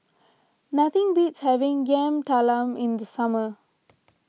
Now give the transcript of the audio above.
nothing beats having Yam Talam in the summer